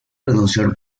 renunciar